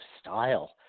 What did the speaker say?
style